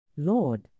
Lord